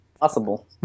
Possible